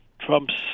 Trump's